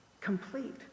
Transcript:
complete